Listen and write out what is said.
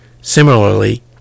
Similarly